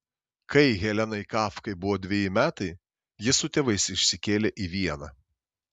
kai helenai kafkai buvo dveji metai ji su tėvais išsikėlė į vieną